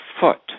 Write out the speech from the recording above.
foot